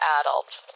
adult